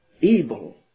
evil